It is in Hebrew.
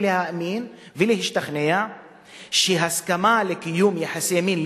להאמין ולהשתכנע שהסכמה לקיום יחסי מין,